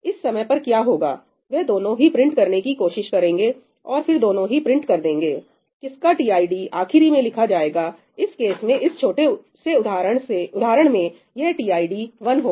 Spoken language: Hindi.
इस समय पर क्या होगा वह दोनों ही प्रिंट करने की कोशिश करेंगे और फिर दोनों ही प्रिंट कर देंगे किसका आखरी में लिखा जाएगा इस केस में इस छोटे से उदाहरण में यह टीआईडी 1 होगा